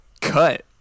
cut